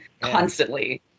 constantly